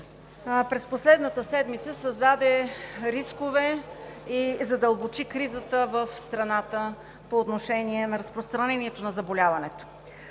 през последната седмица създаде рискове и задълбочи кризата в страната по отношение разпространението на заболяването.